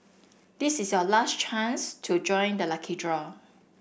this is your last chance to join the lucky draw